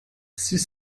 six